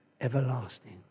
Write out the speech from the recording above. everlasting